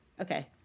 Okay